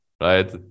right